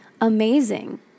amazing